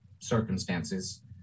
circumstances